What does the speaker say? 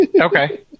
Okay